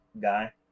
guy